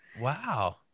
Wow